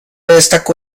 destacó